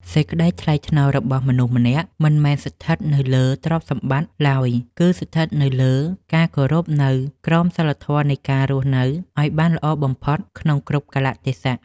សេចក្តីថ្លៃថ្នូររបស់មនុស្សម្នាក់មិនមែនស្ថិតនៅលើទ្រព្យសម្បត្តិឡើយ គឺ ស្ថិតនៅលើការគោរពនូវក្រមសីលធម៌នៃការរស់នៅឱ្យបានល្អបំផុតក្នុងគ្រប់កាលៈទេសៈ។